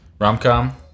Rom-com